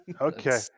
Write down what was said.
Okay